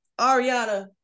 Ariana